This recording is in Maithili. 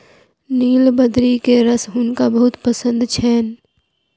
नीलबदरी के रस हुनका बहुत पसंद छैन